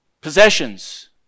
possessions